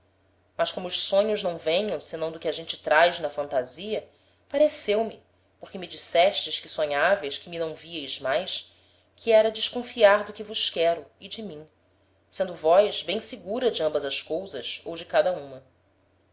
mas como os sonhos não venham senão do que a gente traz na fantasia pareceu-me porque me dissestes que sonhaveis que me não vieis mais que era desconfiar do que vos quero e de mim sendo vós bem segura de ambas as cousas ou de cada uma